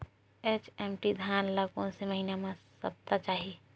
HMT धान ल कोन से महिना म सप्ता चाही?